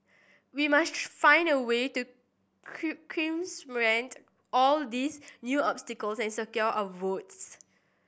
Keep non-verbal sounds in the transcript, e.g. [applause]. we must find a way to [unintelligible] all these new obstacles and secure our votes